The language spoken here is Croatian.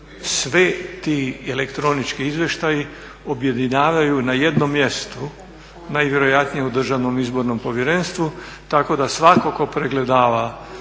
svi ti elektronički izvještaji objedinjavaju na jednom mjestu, najvjerojatnije u DIP-u tako da svatko tko pregledava